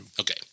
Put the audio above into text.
Okay